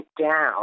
down